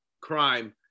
crime